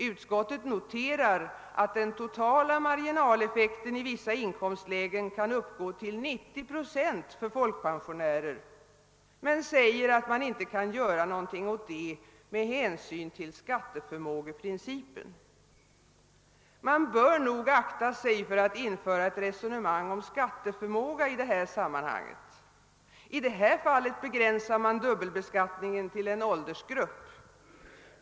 Utskottet noterar att den totala marginaleffekten i vissa inkomstlägen kan uppgå till 90 procent för folkpensionärer men säger att man inte kan göra någonting at detta med hänsyn till skatteförmågeprincipen.. Man bör nog akta sig för att införa ett resonemang om skatteförmåga i det här sammanhanget. I det här fallet begränsar man dubbelbeskattningen till en åldersgrupp.